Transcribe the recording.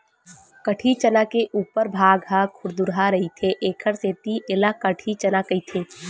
कटही चना के उपर भाग ह खुरदुरहा रहिथे एखर सेती ऐला कटही चना कहिथे